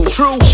True